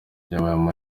yabaye